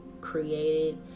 created